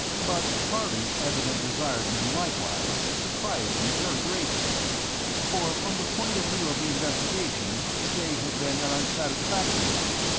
but harley's evident desire to do likewise surprised me very greatly for from the point of view of the investigation the day had been an unsatisfactory one.